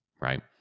right